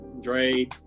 Dre